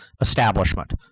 establishment